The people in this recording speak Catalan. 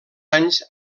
anys